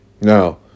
Now